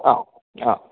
അ അ